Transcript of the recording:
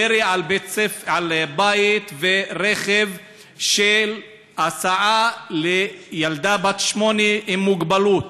ירי על בית ורכב של הסעה לילדה בת שמונה עם מוגבלות,